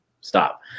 Stop